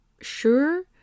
sure